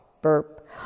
Burp